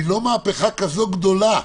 זאת לא מהפכה כזאת גדולה.